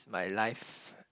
it's my life